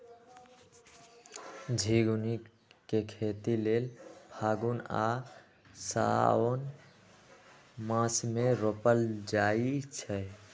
झिगुनी के खेती लेल फागुन आ साओंन मासमे रोपल जाइ छै